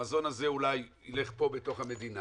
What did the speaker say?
המזון הזה אולי יילך פה בתוך המדינה